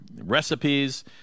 recipes